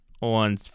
on